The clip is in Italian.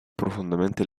profondamente